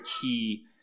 key